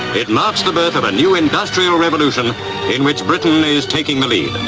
it marks the birth of a new industrial revolution in which britain is taking the lead.